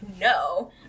no